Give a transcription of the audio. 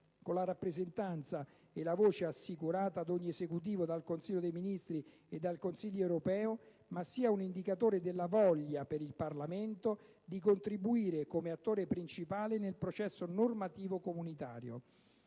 con la rappresentanza e la voce assicurata ad ogni Esecutivo dal Consiglio dei ministri e dal Consiglio europeo, ma sia un indicatore della voglia, per il Parlamento, di contribuire come attore principale nel processo normativo comunitario.